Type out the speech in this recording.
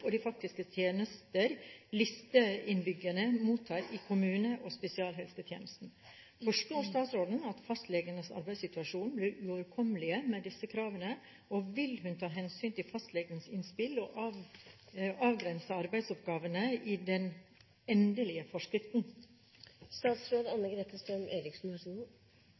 og legemiddelbruk og de faktiske tjenester listeinnbyggerne mottar i kommune- og spesialisthelsetjenesten. Forstår statsråden at fastlegers arbeidssituasjon blir uoverkommelig med disse kravene, og vil hun ta hensyn til fastlegenes innspill og avgrense arbeidsoppgavene i den endelige forskriften?»